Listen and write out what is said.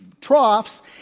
Troughs